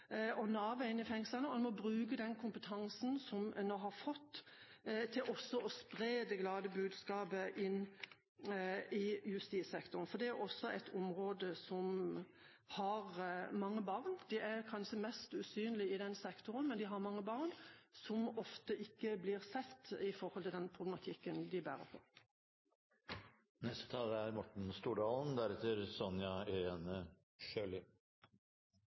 og Nav er inne i fengslene. En må bruke den kompetansen som en nå har fått, til også å spre det glade budskapet inn i justissektoren, for det er et område som har mange barn. De er kanskje de mest usynlige, barna i den sektoren, men det er mange. De blir sjelden sett med den problematikken de bærer på. Først vil jeg takke interpellanten for å ta opp et svært viktig tema. Dette er